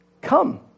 come